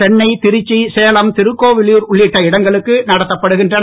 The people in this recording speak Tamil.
சென்னை திருச்சி சேலம் திருக்கோவிலூர் உன்ன இடங்களுக்கு நடத்தப்படுகின்றன